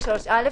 43(א),